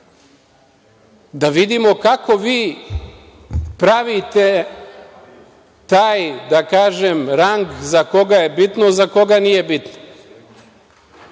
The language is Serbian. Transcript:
vidimo kako vi pravite taj, da kažem, rang za koga je bitno za koga nije bitno.